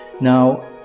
now